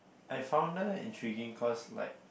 I found her intriguing cause like